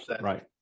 right